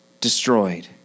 destroyed